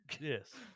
Yes